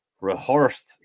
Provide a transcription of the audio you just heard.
rehearsed